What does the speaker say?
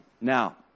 Now